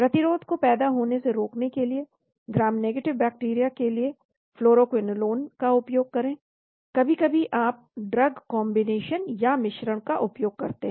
प्रतिरोध को पैदा होने से रोकने के लिए ग्राम नेगटिव बैक्टीरिया के लिए फ्लोरोक्विनोलोन का उपयोग करें कभी कभी आप ड्रग कॉन्बिनेशन या मिश्रण का उपयोग करते हैं